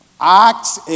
Acts